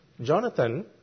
Jonathan